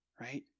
right